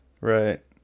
Right